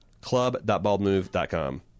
club.baldmove.com